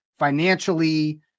Financially